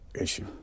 issue